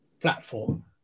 platform